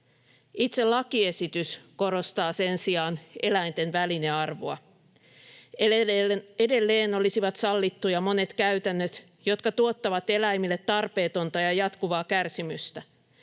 Itse lakiesitys korostaa sen sijaan eläinten välinearvoa. Edelleen olisivat sallittuja monet käytännöt, jotka tuottavat eläimille tarpeetonta ja jatkuvaa kärsimystä.